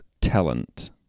talent